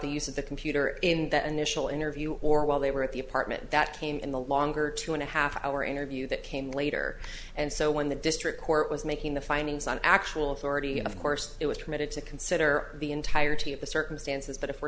the computer in that initial interview or while they were at the apartment that came in the longer two and a half hour interview that came later and so when the district court was making the findings on actual authority of course it was permitted to consider the entirety of the circumstances but if we're